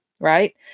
Right